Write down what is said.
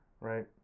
right